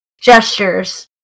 gestures